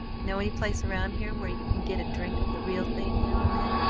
know any place around here where you can get a drink of the real thing now and then,